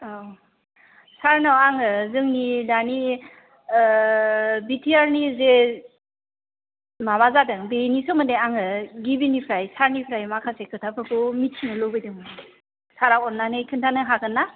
औ सारनाव आङो जोंनि दानि बिटिआरनि जे माबा जादों बेनि सोमोन्दै आङो गिबिनिफ्राय सारनिफ्राय माखासे खोथाफोरखौ मिथिनो लुबैदोंमोन सारा अन्नानै खोन्थानो हागोन ना